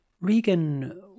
Regan